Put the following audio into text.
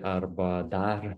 arba dar